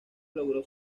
logró